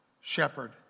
shepherd